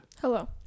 Hello